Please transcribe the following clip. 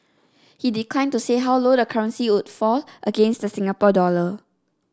he declined to say how low the currency would fall against the Singapore dollar